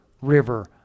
river